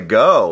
go